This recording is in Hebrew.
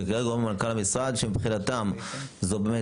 שכרגע אומר מנכ"ל המשרד שמבחינתם זה באמת